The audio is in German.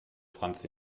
franz